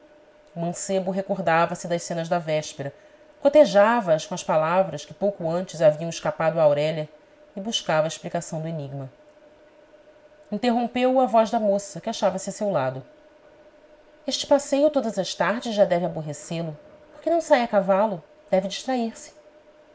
mancebo recordavase das cenas da véspera cotejava as com as palavras que pouco antes haviam escapado a aurélia e buscava a explicação do enigma interrompeu-o a voz da moça que achava-se a seu lado este passeio todas as tardes já deve aborrecê lo por que não sai a cavalo deve distrair-se